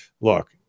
look